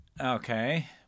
Okay